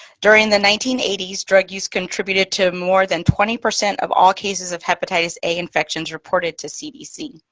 during the nineteen eighty s, drug use contributed to more than twenty percent of all cases of hepatitis a infections reported to cdc.